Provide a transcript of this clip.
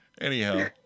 Anyhow